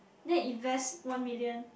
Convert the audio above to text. then invest one million